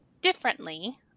Differently